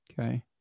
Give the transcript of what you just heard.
Okay